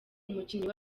umukinnyi